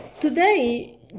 today